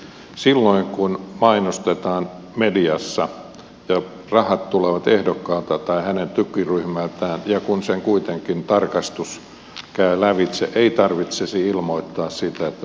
silloin kun mainostetaan mediassa ja rahat tulevat ehdokkaalta tai hänen tukiryhmältään ja kun sen kuitenkin tarkastus käy lävitse ei tarvitsisi ilmoittaa sitä että se on tukiryhmä